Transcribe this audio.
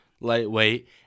lightweight